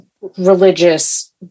religious